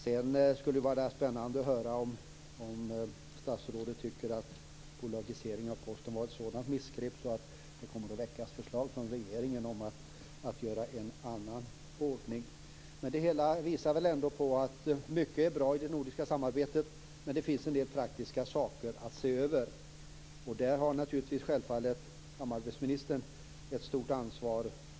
Sedan skulle det var spännande att höra om statsrådet tycker att bolagiseringen av Posten var ett sådant missgrepp att det kommer att väckas förslag från regeringen om att göra en annan ordning. Det hela visar väl ändå på att mycket är bra i det nordiska samarbetet, men det finns en del praktiska saker att se över. Där har självfallet samarbetsministern ett stort ansvar.